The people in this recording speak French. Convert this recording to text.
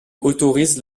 autorise